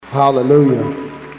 hallelujah